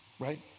right